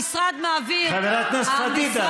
לא, בתקנון, חברת הכנסת פדידה, נו.